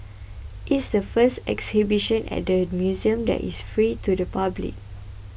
it is the first exhibition at the museum that is free to the public